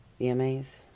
VMAs